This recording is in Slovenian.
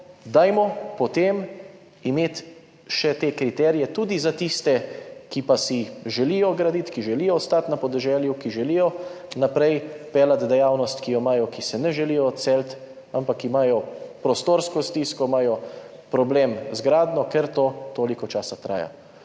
dajmo potem imeti te kriterije tudi za tiste, ki pa si želijo graditi, ki želijo ostati na podeželju, ki želijo naprej peljati dejavnost, ki jo imajo, ki se ne želijo odseliti, ampak imajo prostorsko stisko, imajo problem z gradnjo, ker to toliko časa traja.